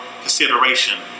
consideration